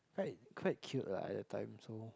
quite quite cute lah at that time so